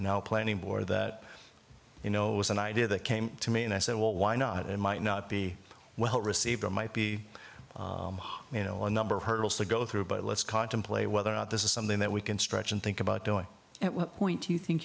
now planning for that you know it was an idea that came to me and i said well why not it might not be well received or might be you know a number of hurdles to go through but let's contemplate whether or not this is something that we can stretch and think about doing at what point do you think